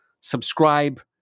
subscribe